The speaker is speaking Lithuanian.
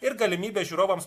ir galimybė žiūrovams